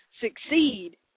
succeed